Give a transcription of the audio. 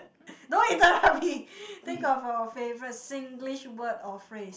don't interrupt me think of a favourite Singlish word or phrase